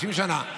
50 שנה.